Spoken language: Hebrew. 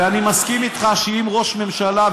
ואני מסכים איתך שאם ראש ממשלה,